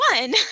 one